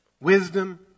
Wisdom